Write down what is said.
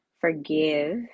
Forgive